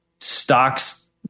stocks